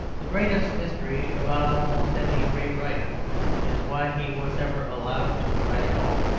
the greatest mystery about almost any great writer is why he was ever allowed to write at all.